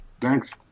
Thanks